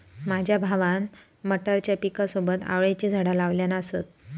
माझ्या भावान मटारच्या पिकासोबत आवळ्याची झाडा लावल्यान असत